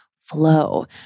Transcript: flow